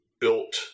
built